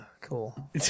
cool